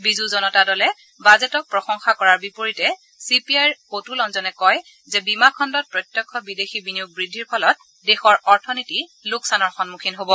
বিজু জনতা দলে বাজেটক প্ৰশংসা কৰাৰ বিপৰীতে চি পি আইৰ অতুল অঞ্জনে কয় যে বীমা খণ্ডত প্ৰত্যক্ষ বিদেশী বিনিয়োগ বৃদ্ধিৰ ফলত দেশৰ অথনীতি লোকচানৰ সন্মুখীন হ'ব